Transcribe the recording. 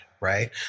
right